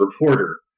reporter